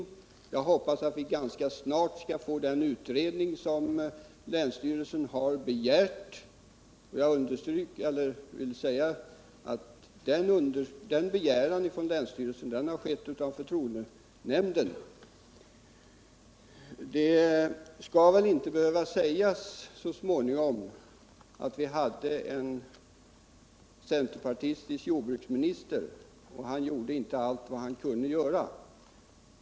Och jag hoppas att vi ganska snart skall få till stånd den utredning som länsstyrelsen har begärt. Denna begäran har framställts av förtroendenämnden. Det skall väl inte framdeles kunna sägas att vi hade en centerpartistisk jordbruksminister som inte gjorde allt vad han kunde.